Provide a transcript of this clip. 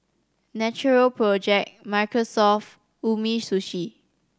Natural Project Microsoft Umisushi